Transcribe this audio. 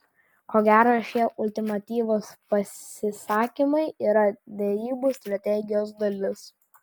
ko gero šie ultimatyvūs pasisakymai yra derybų strategijos dalis